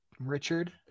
Richard